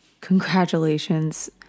congratulations